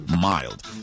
Mild